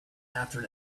after